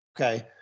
okay